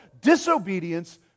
disobedience